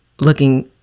looking